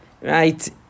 right